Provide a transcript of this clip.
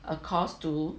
a course to